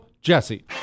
Jesse